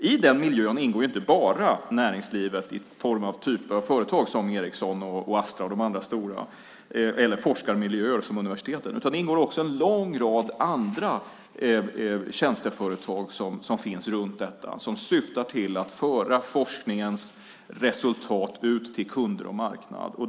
I den miljön ingår inte bara näringslivet i form av olika typer av företag, Ericsson, Astra och andra stora, eller forskarmiljöer, universiteten, utan det ingår också en lång rad andra tjänsteföretag runt detta. De syftar till att föra forskningens resultat ut till kunder och marknad.